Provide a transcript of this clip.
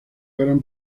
gran